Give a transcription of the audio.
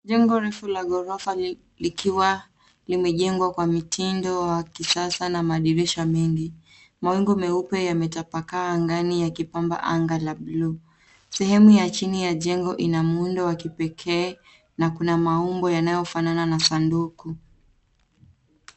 Jengo refu la ghorofa likiwa limejengwa kwa mitindo wa kisasa na madirisha mengi. Mawingu meupe yametapakaa angani yakipamba anga la blue . Sehemu ya chini ya jengo ina muundo wa kipekee na kuna maumbo yanayofanana na sanduku.